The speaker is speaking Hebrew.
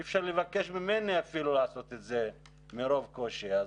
אי אפשר לבקש ממני אפילו לעשות את זה בגלל הקושי,